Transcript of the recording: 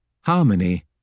harmony